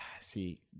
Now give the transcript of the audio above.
see